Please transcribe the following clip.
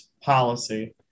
policy